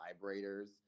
vibrators